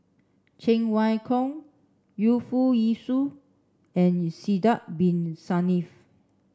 Cheng Wai Keung Yu Foo Yee Shoon and Sidek bin Saniff